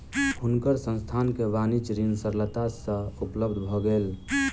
हुनकर संस्थान के वाणिज्य ऋण सरलता सँ उपलब्ध भ गेल